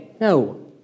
No